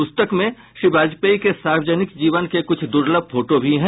पुस्तक में श्री वाजपेयी के सार्वजनिक जीवन के कुछ दुर्लभ फोटो भी हैं